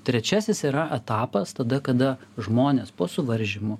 trečiasis yra etapas tada kada žmonės po suvaržymų